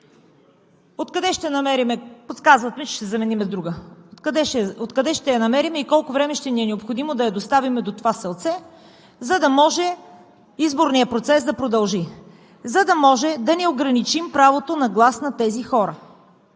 Откъде ще я намерим и колко време ще ни е необходимо да я доставим до това селце, за да може изборният процес да продължи, за да може да не ограничим правото на глас на тези хора?